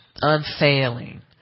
unfailing